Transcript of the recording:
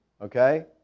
okay